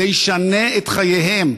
זה ישנה את חייהם,